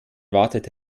wartet